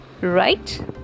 right